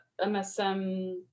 MSM